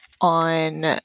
on